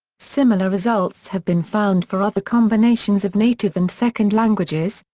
similar results have been found for other combinations of native and second languages,